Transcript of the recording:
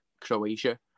Croatia